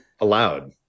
allowed